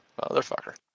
motherfucker